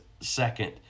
second